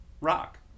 rock